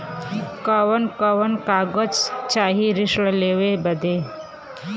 कवन कवन कागज चाही ऋण लेवे बदे?